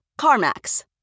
CarMax